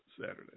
Saturday